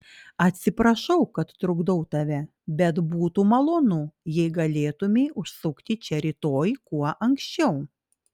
atsiprašau kad trukdau tave bet būtų malonu jei galėtumei užsukti čia rytoj kuo anksčiau